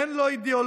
אין לו אידיאולוגיה.